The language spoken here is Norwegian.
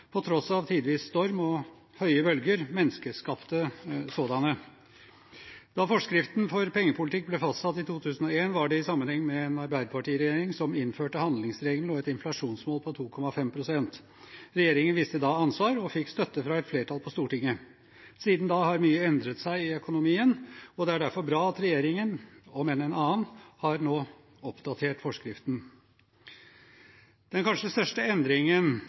på tross av tidvis storm og høye bølger, menneskeskapte sådanne. Da forskriften for pengepolitikk ble fastsatt i 2001, var det i sammenheng med en Arbeiderparti-regjering som innførte handlingsregelen og et inflasjonsmål på 2,5 pst. Regjeringen viste da ansvar og fikk støtte fra et flertall på Stortinget. Siden da har mye endret seg i økonomien, og det er derfor bra at regjeringen – om enn en annen – nå har oppdatert forskriften. Den kanskje største endringen